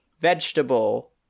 Vegetable